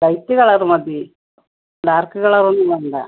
white colour മതി dark കളറൊന്നും വേണ്ട